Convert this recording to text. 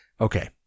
Okay